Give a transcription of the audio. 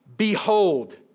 Behold